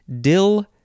Dill